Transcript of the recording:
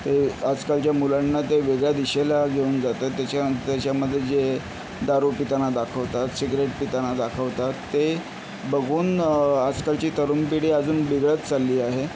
ते आजकालच्या मुलांना ते वेगळ्या दिशेला घेऊन जातात त्याच्या त्याच्यामध्ये जे दारू पिताना दाखवतात सिगरेट पिताना दाखवतात ते बघून आजकालची तरुण पिढी अजून बिघडत चालली आहे